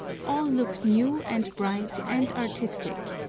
all look new and bright and artistic,